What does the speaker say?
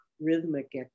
rhythmic